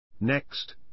Next